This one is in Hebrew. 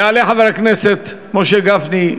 יעלה חבר הכנסת משה גפני.